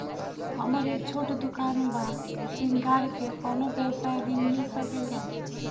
हमर एक छोटा दुकान बा श्रृंगार के कौनो व्यवसाय ऋण मिल सके ला?